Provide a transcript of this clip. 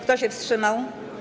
Kto się wstrzymał?